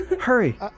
Hurry